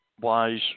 wise